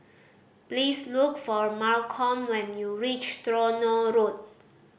please look for Malcolm when you reach Tronoh Road